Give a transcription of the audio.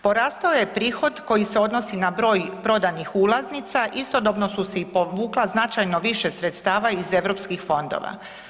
Porastao je prihod koji se odnosi na broj prodanih ulaznica, istodobno su se i povukla značajno više sredstava iz europskih fondova.